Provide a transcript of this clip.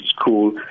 school